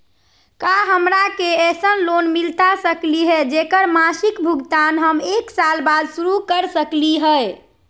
का हमरा के ऐसन लोन मिलता सकली है, जेकर मासिक भुगतान हम एक साल बाद शुरू कर सकली हई?